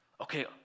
Okay